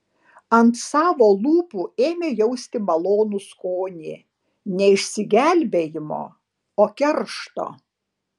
ant savo lūpų ėmė jausti malonų skonį ne išsigelbėjimo o keršto